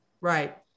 Right